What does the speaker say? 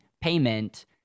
payment